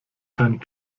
keinen